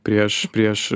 prieš prieš